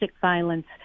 violence